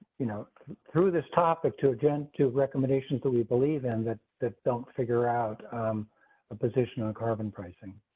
you know through this topic to again, to recommendations that we believe in that that don't figure out a position on carbon pricing.